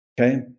Okay